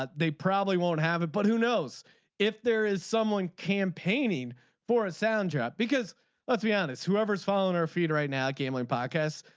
ah they probably won't have it but who knows if there is someone campaigning for a sound job because let's be honest whoever's phone or feet right now. game on podcasts.